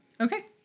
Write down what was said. Okay